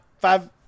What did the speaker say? five